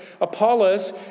Apollos